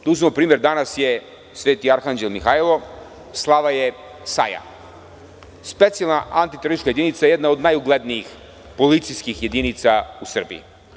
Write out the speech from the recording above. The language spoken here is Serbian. Da uzmemo primer, danas je Sveti Arhanđel Mihajlo, slava je SAJ-a, Specijalna antiteroristička jedinica, jedna od najuglednijih policijskih jedinica u Srbiji.